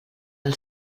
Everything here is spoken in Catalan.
del